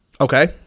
Okay